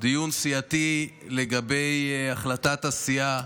דיון סיעתי לגבי החלטת הסיעה,